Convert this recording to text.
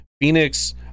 Phoenix